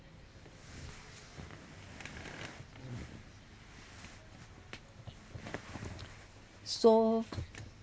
so